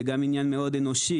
זה עניין אנושי.